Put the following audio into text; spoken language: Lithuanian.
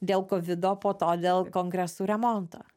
dėl kovido po to dėl kongresų remonto